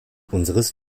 unseres